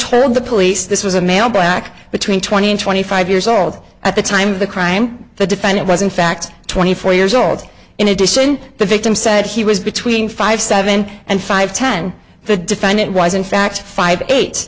told the police this was a male black between twenty and twenty five years old at the time of the crime the define it was in fact twenty four years old in addition the victim said he was between five seven and five ten the defendant was in fact five eight